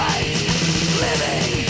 Living